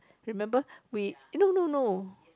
remember we eh no no no